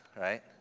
right